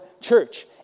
church